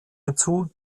hinzu